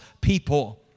people